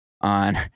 on